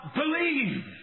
believe